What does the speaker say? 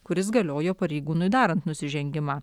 kuris galiojo pareigūnui darant nusižengimą